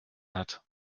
hat